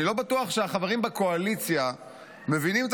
אני לא בטוח שהחברים בקואליציה מבינים את